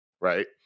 right